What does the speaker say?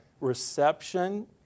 reception